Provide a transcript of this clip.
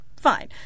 fine